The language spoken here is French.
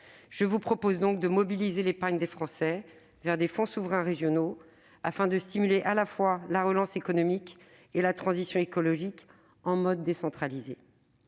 Je vous propose donc de mobiliser l'épargne des Français vers des fonds souverains régionaux, afin de stimuler à la fois la relance économique et la transition écologique, en mode décentralisé.